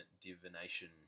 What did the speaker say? divination